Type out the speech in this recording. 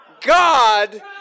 God